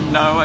no